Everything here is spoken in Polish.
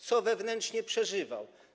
Co wewnętrznie przeżywał?